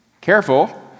Careful